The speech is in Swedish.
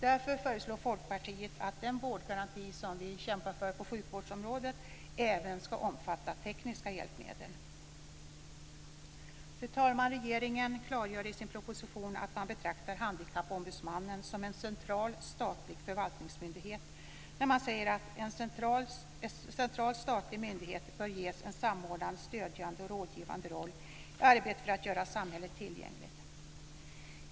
Därför föreslår Folkpartiet att den vårdgaranti som vi kämpar för på sjukvårdsområdet även ska omfatta tekniska hjälpmedel. Fru talman! Regeringen klargör i sin proposition att man betraktar Handikappombudsmannen som en central, statlig förvaltningsmyndighet när man säger: "En central statlig myndighet bör ges en samordnande, stödjande och rådgivande roll i arbetet för att göra samhället tillgängligt."